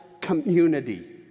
community